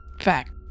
Fact